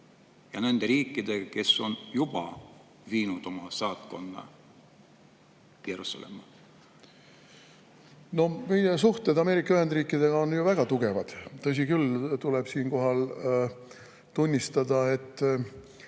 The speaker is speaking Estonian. ja nende riikidega, kes on juba viinud oma saatkonna Jeruusalemma? Meie suhted Ameerika Ühendriikidega on ju väga tugevad. Tõsi küll, siinkohal tuleb tunnistada, et